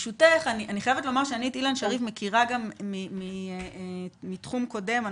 אני חייבת לומר שאני את אילן שריף מכירה גם מתחום קודם.